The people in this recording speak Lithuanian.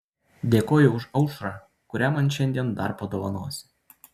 dėkoju už aušrą kurią man šiandien dar padovanosi